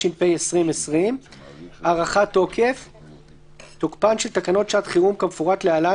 התש"ף 2020". הארכת תוקף 1. תוקפן של תקנות שעת חירום כמפורט להלן,